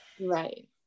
right